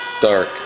dark